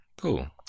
cool